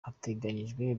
hateganyijwe